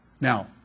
Now